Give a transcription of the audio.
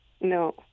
No